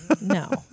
No